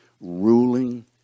ruling